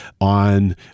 on